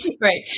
Right